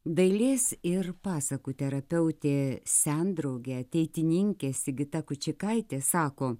dailės ir pasakų terapeutė sendraugė ateitininkė sigita kučikaitė sako